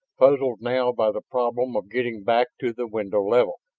puzzled now by the problem of getting back to the window level.